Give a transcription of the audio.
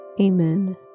Amen